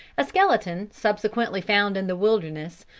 a skeleton, subsequently found in the wilderness,